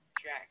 Jack